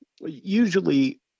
Usually